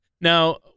Now